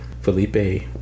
Felipe